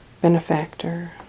benefactor